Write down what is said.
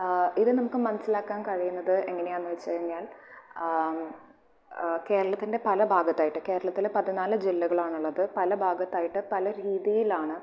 ഇത് നമുക്ക് മനസ്സിലാക്കാൻ കഴിയുന്നത് എങ്ങനെയാന്ന് വെച്ചുകഴിഞ്ഞാൽ കേരളത്തിൻ്റെ പലഭാഗത്തായിട്ട് കേരളത്തിൽ പതിനാല് ജില്ലകളാണുള്ളത് പല ഭാഗത്തായിട്ട് പല രീതിയിലാണ്